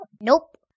Nope